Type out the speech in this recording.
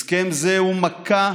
הסכם זה הוא מכה